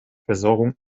versorgung